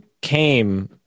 came